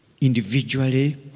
individually